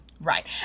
Right